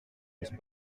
onze